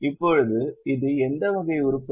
இப்போது இது எந்த வகை உருப்படி